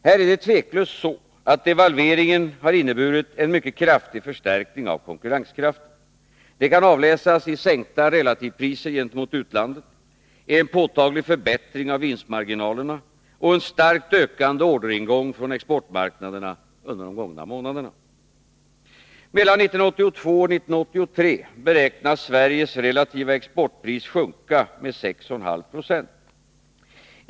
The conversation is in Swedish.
Här är det tveklöst så, att devalveringen inneburit en mycket kraftig förstärkning av konkurrenskraften. Det kan avläsas i sänkta relativpriser gentemot utlandet, en påtaglig förbättring av vinstmarginalerna och en starkt ökande orderingång från exportmarknaderna under de gångna månaderna. Mellan 1982 och 1983 beräknas Sveriges relativa exportpris sjunka med 6,5 90.